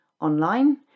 online